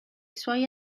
suoi